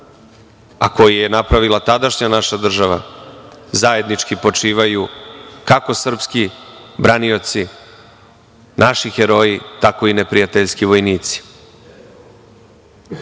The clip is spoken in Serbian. a koji je napravila tadašnja naša država, zajednički počivaju kako srpski branioci, naši heroji, tako i neprijateljski vojnici. Na